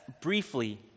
briefly